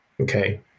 Okay